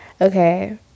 Okay